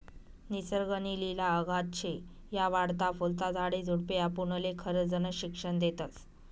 निसर्ग नी लिला अगाध शे, या वाढता फुलता झाडे झुडपे आपुनले खरजनं शिक्षन देतस